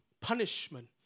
punishment